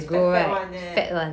it's fat fat [one] eh